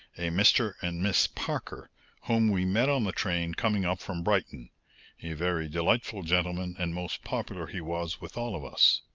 a mr. and miss parker whom we met on the train coming up from brighton a very delightful gentleman and most popular he was with all of us.